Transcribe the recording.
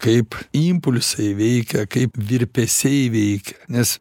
kaip impulsai veikia kaip virpesiai veikia nes